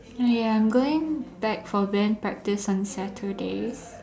ya I'm going back for band practice on Saturdays